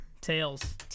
Tails